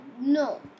No